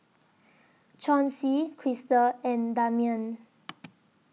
Chauncey Krystal and Damian